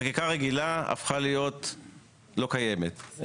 חקיקה רגילה הפכה להיות לא קיימת.